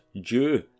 Jew